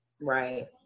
Right